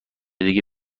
دیگه